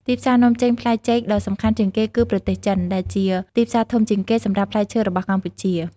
ទីផ្សារនាំចេញផ្លែចេកដ៏សំខាន់ជាងគេគឺ ប្រទេសចិន ដែលជាទីផ្សារធំជាងគេសម្រាប់ផ្លែឈើរបស់កម្ពុជា។